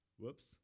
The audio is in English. Whoops